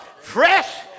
fresh